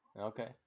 Okay